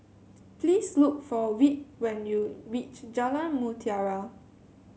please look for Whit when you reach Jalan Mutiara